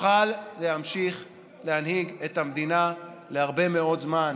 נוכל להמשיך להנהיג את המדינה להרבה מאוד זמן